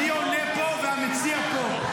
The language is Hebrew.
אני עונה פה, והמציע פה.